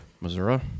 Missouri